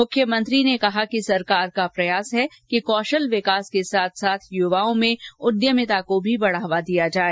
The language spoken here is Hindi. मुख्यमंत्री ने कहा कि सरकार का प्रयास है कि कौशल विकास के साथ साथ युवाओं में उद्यमिता को भी बढावा दिया जाए